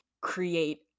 create